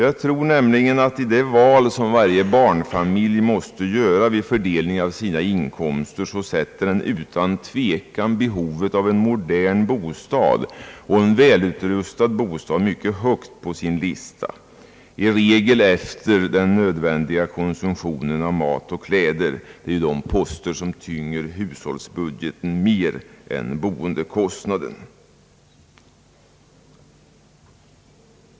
Jag tror nämligen att det i det val, som varje barnfamilj måste göra vid fördelningen av sina inkomster, sätter den utan tvekan behovet av en modern och välutrustad bostad mycket högt på sin lista, i regel efter den nödvändiga konsumtionen av mat och kläder, de poster som tynger hushållsbudgeten mer än boendekostnaden.